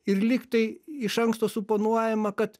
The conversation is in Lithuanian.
ir lyg tai iš anksto suponuojama kad